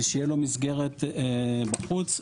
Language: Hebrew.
שתהיה לו מסגרת בחוץ,